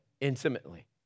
intimately